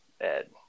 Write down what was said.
Ed